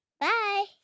Bye